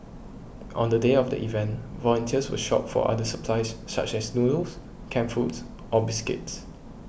on the day of the event volunteers will shop for other supplies such as noodles canned foods or biscuits